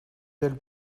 telle